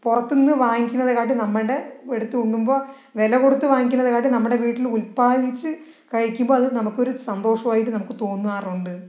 പുറത്ത് നിന്ന് വാങ്ങിക്കുന്നതിനേക്കാൾ നമ്മളുടെ എടുത്ത് ഉണ്ണുമ്പോൾ വില കൊടുത്ത് വാങ്ങിക്കുന്നതിനേക്കാൾ നമ്മളുടെ വീട്ടിൽ ഉൽപാദിപ്പിച്ച് കഴിക്കുമ്പോൾ അത് നമുക്കൊരു സന്തോഷമായിട്ട് നമുക്ക് തോന്നാറുണ്ട്